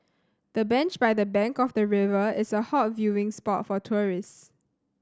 the bench by the bank of the river is a hot viewing spot for tourists